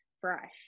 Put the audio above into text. fresh